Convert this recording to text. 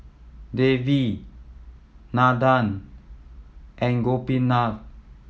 Devi Nandan and Gopinath